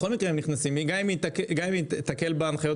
בכל מקרה הם נכנסים גם אם היא תקל בהנחיות,